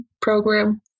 program